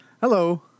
Hello